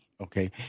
Okay